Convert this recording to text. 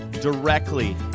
Directly